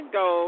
go